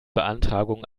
beantragung